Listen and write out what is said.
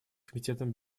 комитетом